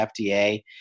FDA